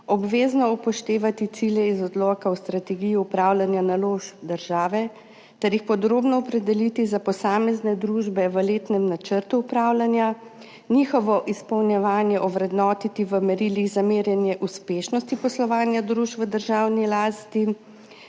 obvezno upoštevati cilje iz Odloka o strategiji upravljanja naložb države ter jih podrobno opredeliti za posamezne družbe v letnem načrtu upravljanja, njihovo izpolnjevanje ovrednotiti v merilih za merjenje uspešnosti poslovanja družb v državni lasti.